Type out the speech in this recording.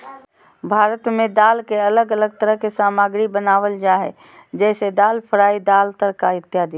भारत में दाल के अलग अलग तरह के सामग्री बनावल जा हइ जैसे में दाल फ्राई, दाल तड़का इत्यादि